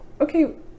okay